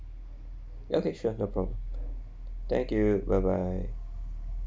okay sure no problem thank you bye bye